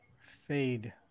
Fade